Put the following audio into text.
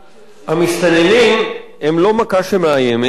אבל המסתננים, זו מכה שמאיימת על הילדים של כולנו.